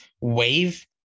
wave